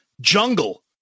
Jungle